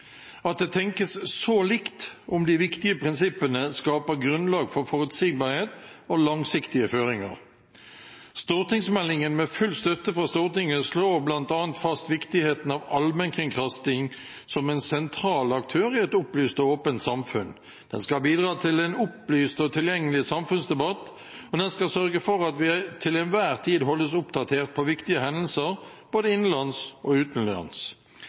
At det tenkes så likt om de viktige prinsippene, skaper grunnlag for forutsigbarhet og langsiktige føringer. Stortingsmeldingen, med full støtte fra Stortinget, slår bl.a. fast viktigheten av allmennkringkasting som en sentral aktør i et opplyst og åpent samfunn. Den skal bidra til en opplyst og tilgjengelig samfunnsdebatt, og den skal sørge for at vi til enhver tid holdes oppdatert på viktige hendelser både innenlands og utenlands.